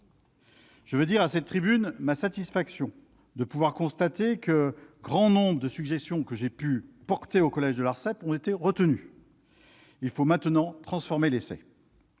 Je veux dire ma satisfaction de pouvoir constater que grand nombre des suggestions que j'ai pu soumettre au collège de l'Arcep ont été retenues. Il faut maintenant transformer l'essai.